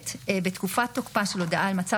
מצופה ממנהיג